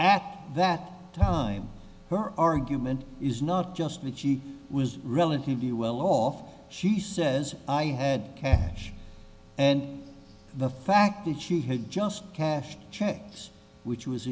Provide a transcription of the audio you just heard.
at that time her argument is not just that she was relative you will off she says i had cash and the fact that she had just cash checks which was